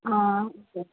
अँ